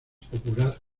popular